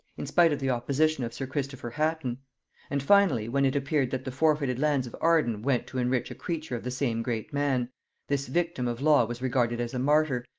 in spite of the opposition of sir christopher hatton and finally, when it appeared that the forfeited lands of arden went to enrich a creature of the same great man this victim of law was regarded as a martyr,